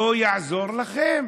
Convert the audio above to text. לא יעזור לכם.